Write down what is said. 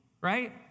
right